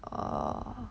uh